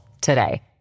today